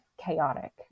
chaotic